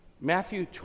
Matthew